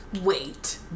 Wait